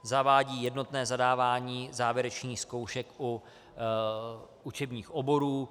Zavádí jednotné zadávání závěrečných zkoušek u učebních oborů.